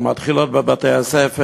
היא מתחילה עוד בבתי-הספר,